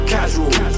Casual